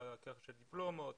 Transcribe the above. אישור דיפלומות